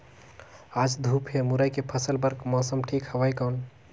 आज धूप हे मुरई के फसल बार मौसम ठीक हवय कौन?